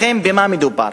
לכן, במה מדובר?